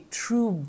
true